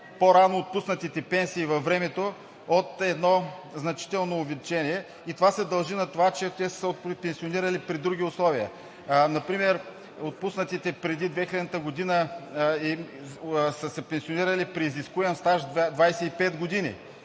по-рано отпуснатите пенсии във времето от едно значително увеличение. Това се дължи на това, че те са се пенсионирали при други условия. Например отпуснатите преди 2000 г. са се пенсионирали при изискуем стаж 25 години.